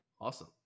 awesome